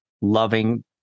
loving